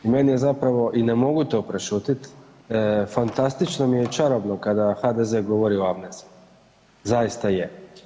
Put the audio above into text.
I meni je zapravo i ne mogu to prešutiti, fantastično mi je i čarobno kada HDZ govori o amneziji, zaista je.